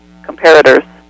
comparators